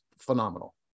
phenomenal